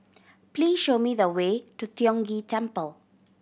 please show me the way to Tiong Ghee Temple